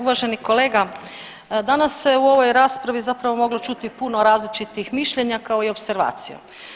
Uvaženi kolega danas se u ovoj raspravi zapravo moglo čuti puno različitih mišljenja kao i opservacija.